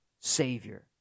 Savior